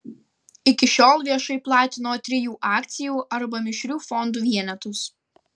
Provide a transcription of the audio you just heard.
iki šiol viešai platino trijų akcijų arba mišrių fondų vienetus